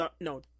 no